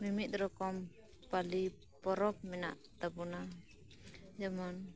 ᱢᱤᱢᱤᱫ ᱨᱚᱠᱚᱢ ᱯᱟᱹᱞᱤ ᱯᱚᱨᱚᱵᱽ ᱢᱮᱱᱟᱜ ᱛᱟᱵᱚᱱᱟ ᱡᱮᱢᱚᱱ